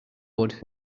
wood